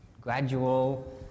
gradual